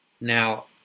Now